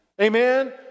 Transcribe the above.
Amen